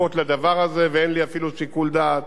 ואין לי אפילו שיקול דעת בנושא.